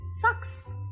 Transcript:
sucks